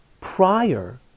prior